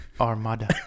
Armada